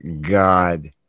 God